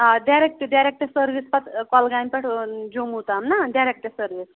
آ direct direct service پتہٕ کۄلگامہِ پٮ۪ٹھ جوموٗں تام نَہ ڈٮ۪رٮ۪کٹ سٔروِس